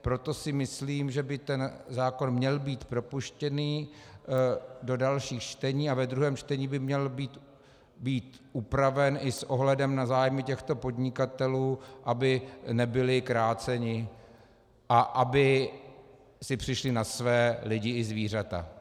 Proto si myslím, že by ten zákon měl být propuštěný do dalšího čtení a ve druhém čtení by měl být upraven i s ohledem na zájmy těchto podnikatelů, aby nebyli kráceni a aby si přišli na své lidi i zvířata.